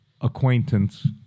acquaintance